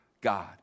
God